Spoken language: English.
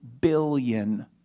billion